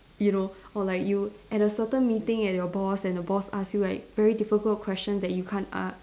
you know or like you at a certain meeting and your boss and the boss ask you like very difficult question that you can't an~